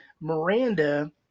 Miranda